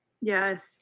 Yes